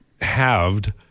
halved